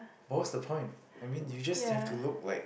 but what's the point I mean you just have to look like